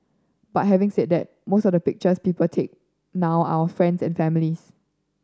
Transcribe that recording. but having said that most of the pictures people take now are friends and family's